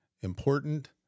important